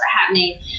happening